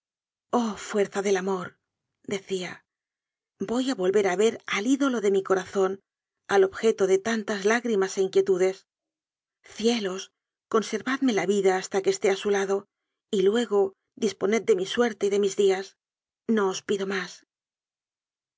fuerza del amor decía voy a volver a ver al ídolo de mi corazón al ob jeto de tantas lágrimas e inquietudes cielos conservadme la vida hasta que esté a su lado y luego disponed de mi suerte y de mis días no os pido más